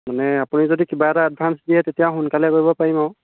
মানে আপুনি যদি কিবা এটা এডভাঞ্চ দিয়ে তেতিয়া সোনকালে কৰিব পাৰিম আৰু